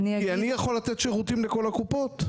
כי אני יכול לתת שירותים לכול הקופות.